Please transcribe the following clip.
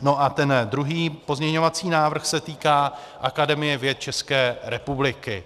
No a ten druhý pozměňovací návrh se týká Akademie věd České republiky.